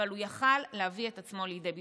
והוא היה יכול להביא את עצמו לידי ביטוי.